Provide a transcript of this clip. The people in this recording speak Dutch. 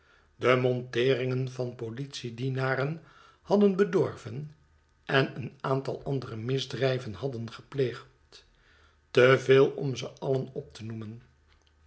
de monteeringen van politie-dienaren hadden bedorven en een aantal andere misdrijven hadden gepleegd te veel om ze alien op te noemen